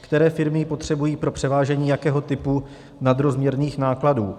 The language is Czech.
Které firmy ji potřebují pro převážení jakého typu nadrozměrných nákladů?